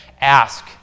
ask